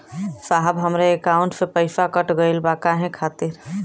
साहब हमरे एकाउंट से पैसाकट गईल बा काहे खातिर?